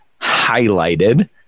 highlighted